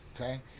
okay